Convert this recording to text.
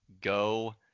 go